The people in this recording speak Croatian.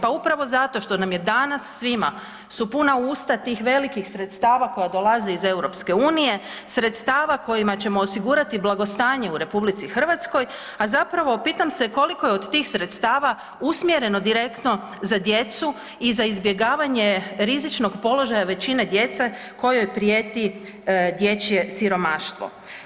Pa upravo zato što nam je danas svima su puna usta tih velikih sredstava koja dolaze iz EU, sredstava koja ćemo osigurati blagostanje u RH, a zapravo, pitam se kolika je od tih sredstava usmjereno direktno za djecu i za izbjegavanje rizičnog položaja većine djece kojoj prijeti dječje siromaštvo.